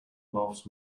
laughs